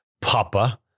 papa